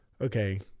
okay